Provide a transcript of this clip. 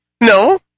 No